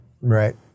Right